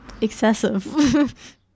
Excessive